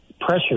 pressure